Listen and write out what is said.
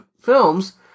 films